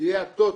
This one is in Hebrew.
יהיה הטוטו.